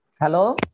Hello